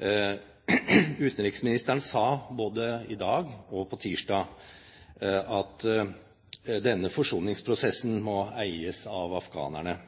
Utenriksministeren sa både i dag og på tirsdag at denne forsoningsprosessen må eies av afghanerne.